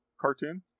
cartoon